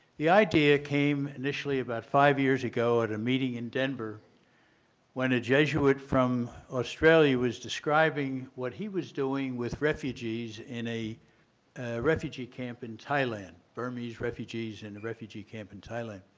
the idea came initially about five years ago at a meeting in denver when a jesuit from australia was describing what he was doing with refugees in a refugee camp in thailand. burmese refugees in a refugee camp in thailand.